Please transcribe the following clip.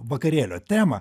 vakarėlio temą